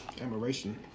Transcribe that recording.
admiration